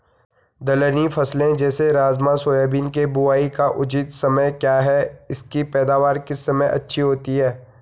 दलहनी फसलें जैसे राजमा सोयाबीन के बुआई का उचित समय क्या है इसकी पैदावार किस समय अच्छी होती है?